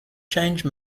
change